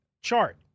chart